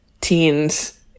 teens